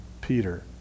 Peter